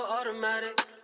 automatic